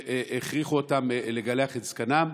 הכריחו אותם לגלח את זקנם.